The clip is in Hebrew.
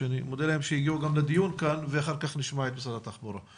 שאני מודה להם שהגיעו לדיון ולאחר מכן נשמע את נציגת משרד התחבורה.